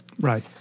Right